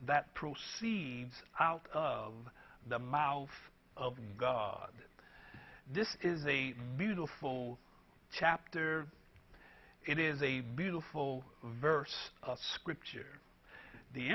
that proceeds out of the mouth of god this is a beautiful chapter it is a beautiful verse of scripture the